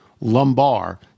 lumbar